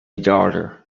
daughter